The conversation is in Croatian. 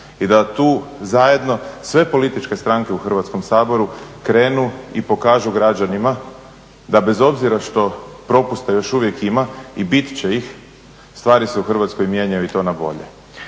i da tu zajedno sve političke stranke u Hrvatskom saboru krenu i pokažu građanima da bez obzira što propusta još uvijek ima i bit će ih, stvari se u Hrvatskoj mijenjaju i to na bolje.